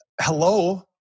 hello